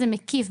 זה מקיף.